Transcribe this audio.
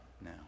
now